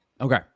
Okay